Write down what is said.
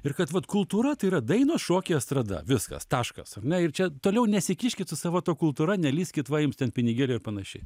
ir kad vat kultūra tai yra dainos šokiai estrada viskas taškas ar ne ir čia toliau nesikiškit su savo ta kultūra nelįskit va jums ten pinigėliai ir panašiai